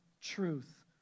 truth